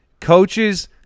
coaches